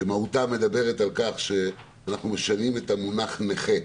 שבמהותה מדברת על כך שאנחנו משנים את המונח נכה,